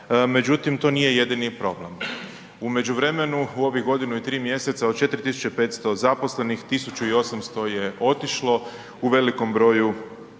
međutim to nije jedini problem. U međuvremenu u ovih godinu i tri mjeseca od 4.500 zaposlenih 1.800 je otišlo u velikom broju